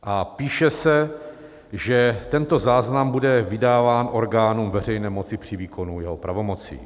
A píše se, že tento záznam bude vydáván orgánům veřejné moci při výkonu jeho pravomoci.